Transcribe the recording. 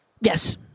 Yes